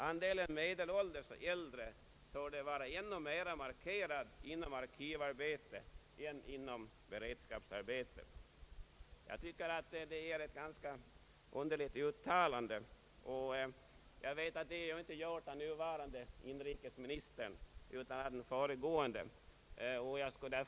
”Andelen medelålders och äldre torde vara ännu mera markerad inom arkivarbete än inom beredskapsarbete.” Jag tycker att det är ett ganska underligt uttalande, och jag vet att det inte är den nuvarande inrikesministern utan den föregående som har gjort det.